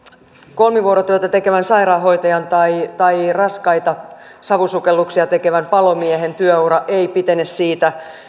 kolmivuorotyötä tekevän sairaanhoitajan tai tai raskaita savusukelluksia tekevän palomiehen työ ura ei pitene siitä